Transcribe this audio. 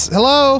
Hello